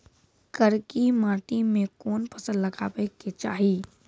करकी माटी मे कोन फ़सल लगाबै के चाही?